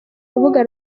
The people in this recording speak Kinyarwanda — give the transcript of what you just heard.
rubuga